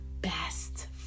best